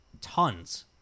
Tons